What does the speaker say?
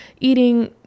eating